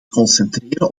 concentreren